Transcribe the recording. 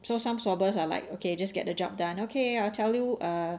so some swabbers are like okay just get the job done okay I'll tell you err